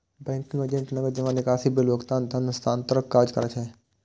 banking agent नकद जमा, निकासी, बिल भुगतान, धन हस्तांतरणक काज करै छै